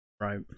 Right